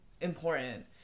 important